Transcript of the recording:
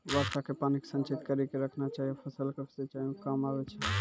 वर्षा के पानी के संचित कड़ी के रखना चाहियौ फ़सल के सिंचाई मे काम आबै छै?